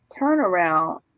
turnaround